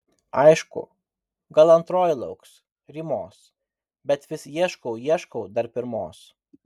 aišku gal antroji lauks rymos bet vis ieškau ieškau dar pirmos